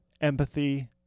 empathy